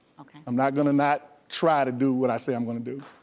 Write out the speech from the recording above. okay. i'm not gonna not try to do what i say i'm gonna do.